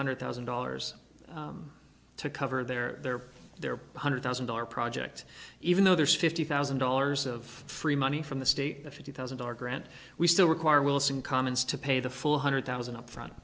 hundred thousand dollars to cover their their their hundred thousand dollar project even though there's fifty thousand dollars of free money from the state a fifty thousand dollars grant we still require wilson commons to pay the full one hundred thousand upfront